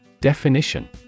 Definition